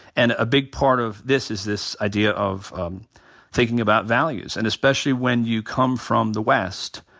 and a big part of this is this idea of thinking about values and especially when you come from the west,